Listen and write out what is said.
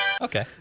Okay